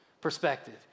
perspective